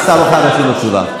השר מוכן להשיב לך תשובה.